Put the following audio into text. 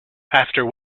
after